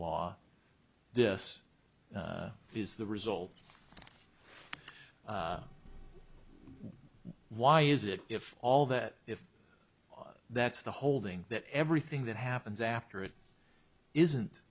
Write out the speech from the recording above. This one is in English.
law this is the result why is it if all that if that's the holding that everything that happens after it isn't